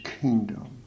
kingdom